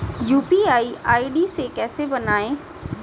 UPI ID कैसे बनाएं?